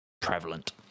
prevalent